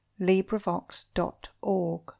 LibriVox.org